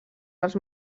dels